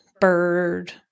bird